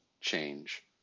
change